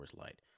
Light